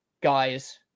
guys